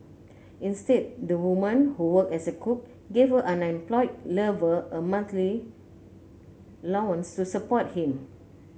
instead the woman who worked as a cook gave her unemployed lover a monthly allowance to support him